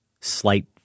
slight